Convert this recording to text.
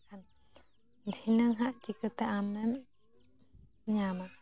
ᱫᱷᱤᱱᱟᱹᱝ ᱦᱟᱸᱜ ᱪᱤᱠᱟᱹᱛᱮ ᱟᱢᱮᱢ ᱧᱟᱢᱟ